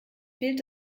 fehlt